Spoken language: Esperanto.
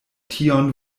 tion